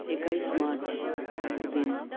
एक्काइस मार्चको दिन